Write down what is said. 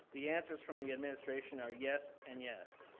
the answers from the administration are yes and yes.